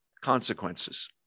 consequences